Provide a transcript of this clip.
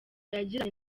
yagiranye